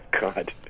God